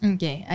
Okay